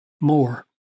more